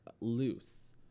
loose